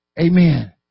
Amen